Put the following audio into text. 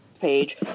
page